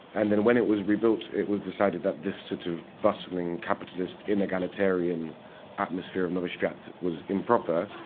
and then, when it was rebuilt, it was decided that this city of bustling, capitalist, inegalitarian atmosphere of nowy swiat was improper,